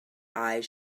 eyes